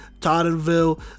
Tottenville